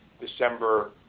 December